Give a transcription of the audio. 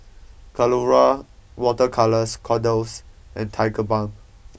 Colora Water Colours Kordel's and Tigerbalm